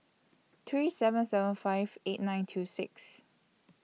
three seven seven five eight nine two six